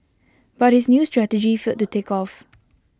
but his new strategy failed to take off